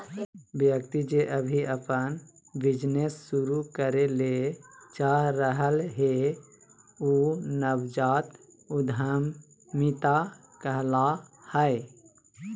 व्यक्ति जे अभी अपन बिजनेस शुरू करे ले चाह रहलय हें उ नवजात उद्यमिता कहला हय